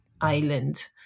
island